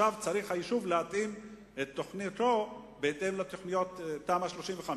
עכשיו צריך היישוב להתאים את תוכניתו בהתאם לתוכניות תמ"א 35,